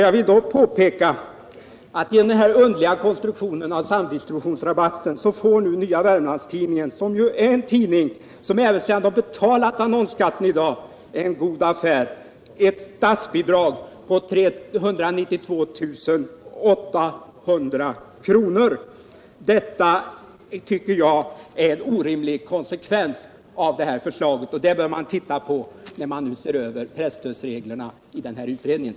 Jag vill då påpeka att genom den här underliga konstruktionen av samdistributionsrabatten får nu Nya Wermlands-Tidningen —- en tidning som även sedan man betalat annonsskatt i dag är en god affär — ett statsbidrag på 392 800 kr. Detta tycker jag är en orimlig konsekvens av det här förslaget, och det bör man titta på när man ser över pressstödsreglerna i den kommande utredningen.